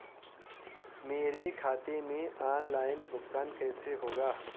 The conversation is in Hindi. मेरे खाते में ऑनलाइन भुगतान कैसे होगा?